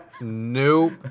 Nope